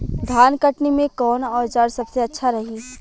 धान कटनी मे कौन औज़ार सबसे अच्छा रही?